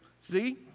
see